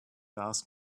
ask